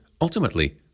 ultimately